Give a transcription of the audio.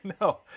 No